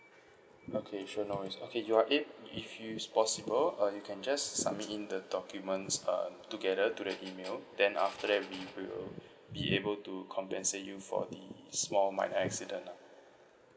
okay sure no worries okay you are it if it is possible uh you can just submit in the documents um together to the email then after that we will be able to compensate you for the small minor accident lah